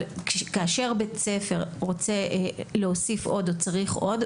אבל כאשר בית ספר רוצה להוסיף עוד או צריך עוד,